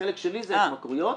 לחלק שלי זה התמכרויות.